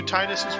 Titus